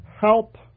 help